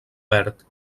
verd